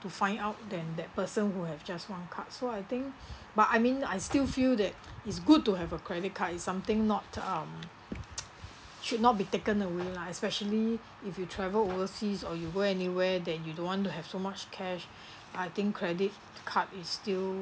to find out than that person who have just one card so I think but I mean I still feel that it's good to have a credit card is something not um should not be taken away lah especially if you travel overseas or you go anywhere that you don't want to have so much cash I think credit card is still